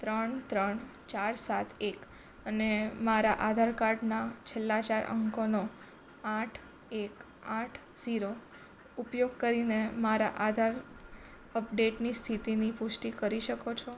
ત્રણ ત્રણ ચાર સાત એક અને મારા આધાર કાર્ડના છેલ્લા ચાર અંકોનો આઠ એક આઠ ઝીરો ઉપયોગ કરીને મારા આધાર અપડેટની સ્થિતિની પુષ્ટિ કરી શકો છો